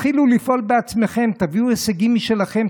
תתחילו לפעול בעצמכם, תביאו הישגים משלכם.